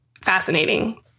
fascinating